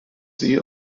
sie